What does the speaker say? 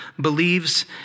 believes